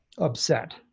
upset